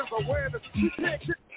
awareness